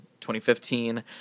2015